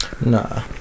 Nah